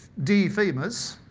deer femurs,